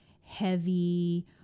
heavy